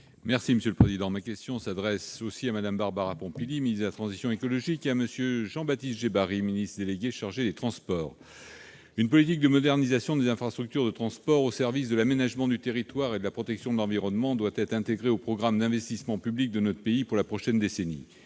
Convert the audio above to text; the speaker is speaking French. et Social Européen. Ma question s'adresse à Mme Barbara Pompili, ministre de la transition écologique, et à M. Jean-Baptiste Djebbari, ministre délégué chargé des transports. Une politique de modernisation des infrastructures de transport au service de l'aménagement du territoire et de la protection de l'environnement doit être intégrée au programme d'investissements publics de notre pays pour la prochaine décennie.